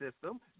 system